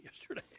yesterday